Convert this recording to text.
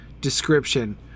description